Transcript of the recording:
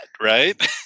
Right